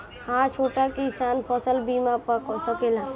हा छोटा किसान फसल बीमा पा सकेला?